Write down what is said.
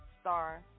Star